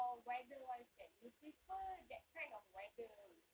for weather wise kan you prefer that kind of weather with